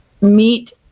meet